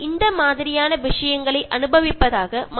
അവർ നിങ്ങളെ മിസ്സ് ചെയ്യാറുണ്ട്